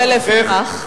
ולפיכך?